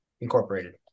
Incorporated